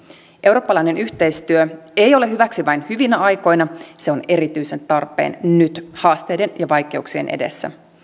eurooppalainen yhteistyö ei ole hyväksi vain hyvinä aikoina se on erityisen tarpeen nyt haasteiden ja vaikeuksien edessä